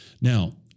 Now